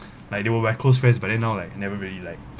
like they were very close friends but then now like never really like